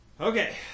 Okay